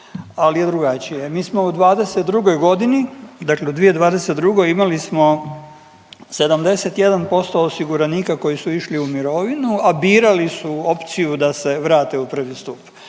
ali je drugačije. Mi smo u '22., dakle 2022. imali smo 71% osiguranika koji su išli u mirovinu, a birali su opciju da se vrate u I. stup.